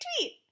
tweet